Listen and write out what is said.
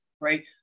right